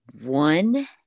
One